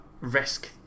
risk